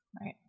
Right